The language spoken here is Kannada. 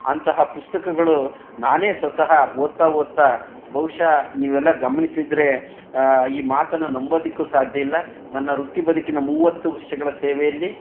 ಅಂತಹ ಪುಸ್ತಕಗಳು ನಾನೇ ಸ್ವತಃ ಓದ್ತಾ ಓದ್ತಾ ಬಹುಶಃ ನೀವೆಲ್ಲ ಗಮನಿಸಿದ್ರೆ ಈ ಮಾತನ್ನು ನಂಬೋದಕ್ಕು ಸಾಧ್ಯ ಇಲ್ಲ ನನ್ನ ವೃತ್ತಿ ಬದುಕಿನ ಮೂವತ್ತು ವರ್ಷಗಳ ಸೇವೆಯಲ್ಲಿ